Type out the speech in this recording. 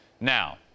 Now